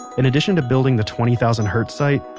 in addition to building the twenty thousand hertz site,